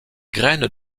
graines